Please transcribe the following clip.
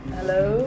Hello